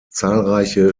zahlreiche